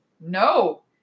no